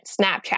Snapchat